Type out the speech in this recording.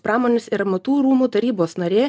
pramonės ir amatų rūmų tarybos narė